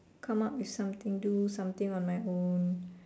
come up with something do something on my own